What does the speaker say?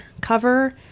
cover